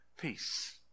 peace